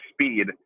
speed